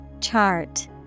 Chart